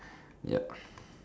ya